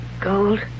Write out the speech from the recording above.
Gold